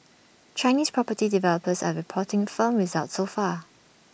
Chinese property developers are reporting firm results so far